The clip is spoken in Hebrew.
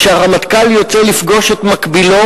כשהרמטכ"ל יוצא לפגוש את מקבילו,